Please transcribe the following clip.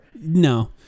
no